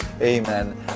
amen